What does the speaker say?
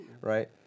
Right